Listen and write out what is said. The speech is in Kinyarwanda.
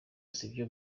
sibyo